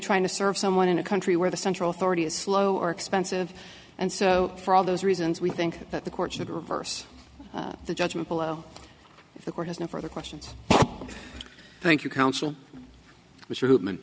trying to serve someone in a country where the central authority is slow or expensive and so for all those reasons we think that the court should reverse the judgment below if the court has no further questions thank you counsel which throu